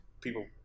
People